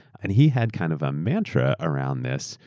and he had kind of a mantra around this,